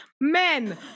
men